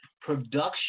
production